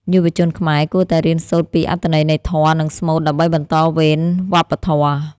យុវជនខ្មែរគួរតែរៀនសូត្រពីអត្ថន័យនៃធម៌ និងស្មូត ដើម្បីបន្តវេនវប្បធម៌។